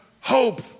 hope